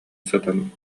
сытан